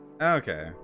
Okay